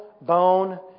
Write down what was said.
bone